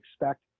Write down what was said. expect